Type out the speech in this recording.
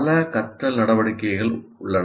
பல கற்றல் நடவடிக்கைகள் உள்ளன